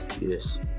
Yes